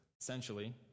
essentially